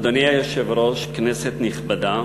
אדוני היושב-ראש, כנסת נכבדה,